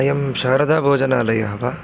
अयं शारदा भोजनालयः वा